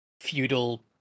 feudal